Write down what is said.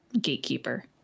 Gatekeeper